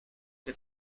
que